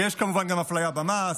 ויש, כמובן, גם אפליה במס,